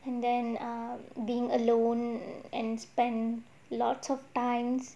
and then err being alone and spend lots of times